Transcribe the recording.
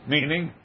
Meaning